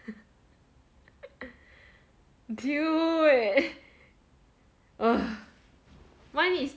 !walao! eh dude